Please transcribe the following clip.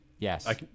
Yes